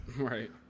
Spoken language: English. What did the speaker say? right